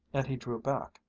and he drew back,